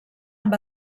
amb